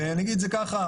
אני אגיד את זה כך,